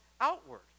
outward